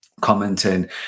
commenting